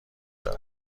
دارد